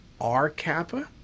R-kappa